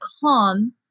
calm